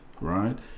right